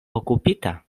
okupita